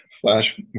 flash